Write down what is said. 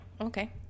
Okay